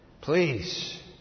Please